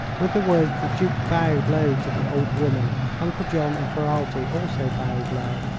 with the words the duke bowed low to the old woman. uncle john and ferralti also bowed low.